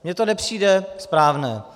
Mně to nepřijde správné.